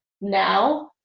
now